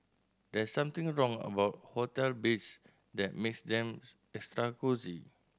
there's something wrong about hotel beds that makes them extra cosy